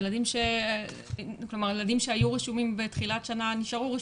ילדים שהיו רשומים בתחילת שנה נשארו רשומים.